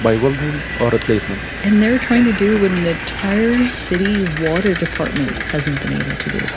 by welding or replacement and they're trying to do what an entire city water department hasn't been able to do but